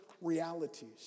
realities